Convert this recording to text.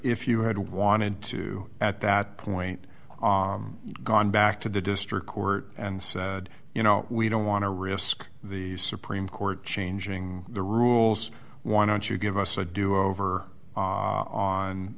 if you had wanted to at that point gone back to the district court and said you know we don't want to risk the supreme court changing the rules why don't you give us a do over